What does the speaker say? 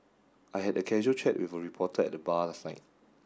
I had a casual chat with reporter at the bar last night